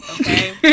okay